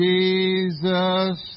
Jesus